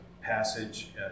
passage